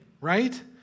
right